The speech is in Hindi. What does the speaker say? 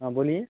हाँ बोलिए